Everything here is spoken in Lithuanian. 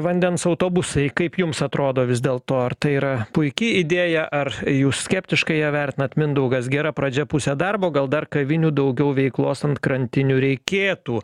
vandens autobusai kaip jums atrodo vis dėl to ar tai yra puiki idėja ar jūs skeptiškai ją vertinat mindaugas gera pradžia pusė darbo gal dar kavinių daugiau veiklos ant krantinių reikėtų